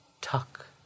Tuck